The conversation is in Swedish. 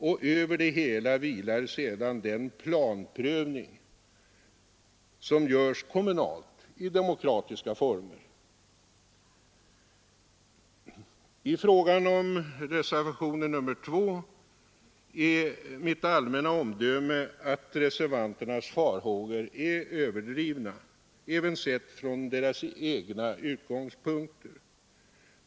Och över det hela vilar sedan den planprövning som görs kommunalt i demokratiska former. I fråga om reservationen 2 är mitt allmänna omdöme att reservanternas farhågor är överdrivna — även sett från deras egna utgångspunkter.